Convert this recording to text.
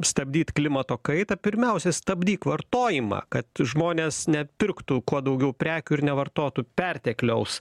stabdyt klimato kaitą pirmiausia stabdyk vartojimą kad žmonės nepirktų kuo daugiau prekių ir nevartotų pertekliaus